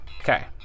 Okay